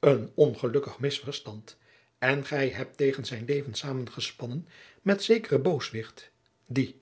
een ongelukkig misverstand en gij hebt tegen zijn leven samengespannen met zekeren booswicht die